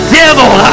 devil